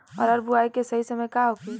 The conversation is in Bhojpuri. अरहर बुआई के सही समय का होखे?